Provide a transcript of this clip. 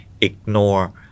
ignore